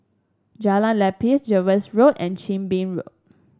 Jalan Lepas Jervois Road and Chin Bee Road